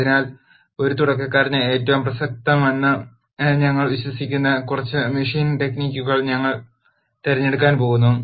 അതിനാൽ ഒരു തുടക്കക്കാരന് ഏറ്റവും പ്രസക്തമെന്ന് ഞങ്ങൾ വിശ്വസിക്കുന്ന കുറച്ച് മെഷീൻ ടെക്നിക്കുകൾ ഞങ്ങൾ തിരഞ്ഞെടുക്കാൻ പോകുന്നു